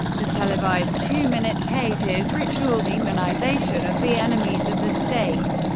the televised two minutes hate is ritual demonisation of the enemies of the state,